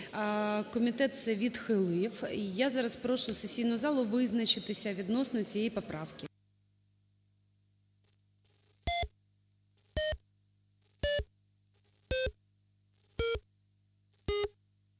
Комітет це відхилив. Я зараз прошу сесійну залу визначитися відносно цієї поправки.